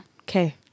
Okay